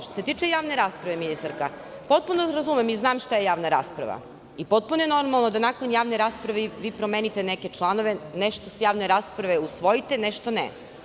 Što se tiče javne rasprave, ministarka, potpuno razumem i znam šta je javna rasprava i potpuno je normalno da nakon javne rasprave vi promenite neke članove, nešto sa javne rasprave usvojite, nešto ne.